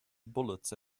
bullets